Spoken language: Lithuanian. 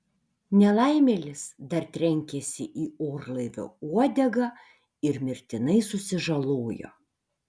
nelaimėlis dar trenkėsi į orlaivio uodegą ir mirtinai susižalojo